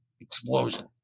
explosion